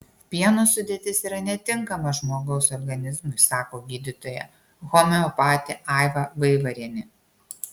pieno sudėtis yra netinkama žmogaus organizmui sako gydytoja homeopatė aiva vaivarienė